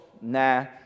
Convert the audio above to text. nah